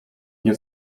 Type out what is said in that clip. nie